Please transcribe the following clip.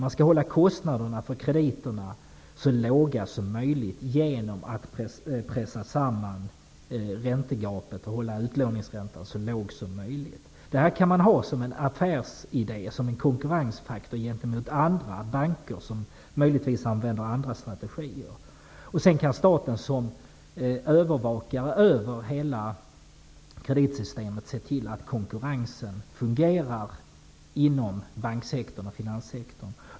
Man skall hålla kostnaderna för krediterna så låga som möjligt genom att pressa samman räntegapet och hålla utlåningsräntan så låg som möjligt. Det här kan man ha som en affärsidé, som en konkurrensfaktor, gentemot andra banker som möjligtvis har andra strategier. Sedan kan staten som övervakare över hela kreditsystemet se till att konkurrensen fungerar inom bank och finanssektorn.